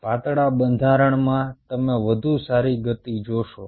પાતળા બંધારણમાં તમે વધુ સારી ગતિ જોશો